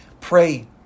Pray